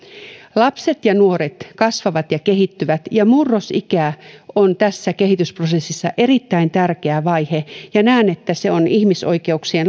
lapset ja nuoret kasvavat ja kehittyvät ja murrosikä on tässä kehitysprosessissa erittäin tärkeä vaihe ja näen että se on